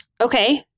Okay